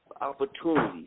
opportunities